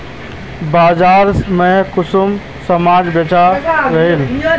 बाजार में कुंसम सामान बेच रहली?